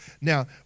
Now